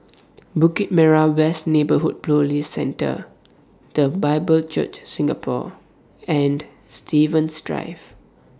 Bukit Merah West Neighbourhood Police Centre The Bible Church Singapore and Stevens Drive